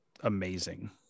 amazing